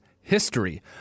history